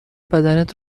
بدنت